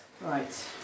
Right